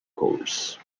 course